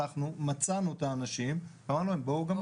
הלכנו, מצאנו את האנשים ואמרנו להם, בואו גם אתם.